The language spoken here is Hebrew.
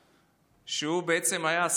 שהוא בעצם היה שר ללא תיק,